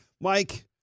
Mike